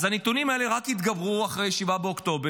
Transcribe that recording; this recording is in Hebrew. אז הנתונים האלה רק התגברו אחרי 7 באוקטובר.